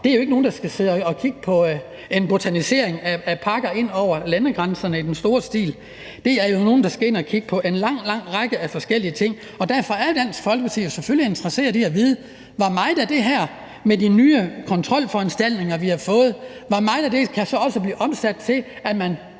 at der jo ikke er nogen, der skal sidde og botanisere over, hvilke pakker der i stor stil kommer ind over landegrænserne, for de skal ind og kigge på en lang række forskellige ting, og derfor er Dansk Folkeparti selvfølgelig interesseret i at vide, hvor meget af det her med de nye kontrolforanstaltninger der så kan blive omsat til, at man